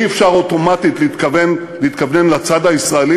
אי-אפשר אוטומטית להתכוונן לצד הישראלי